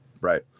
right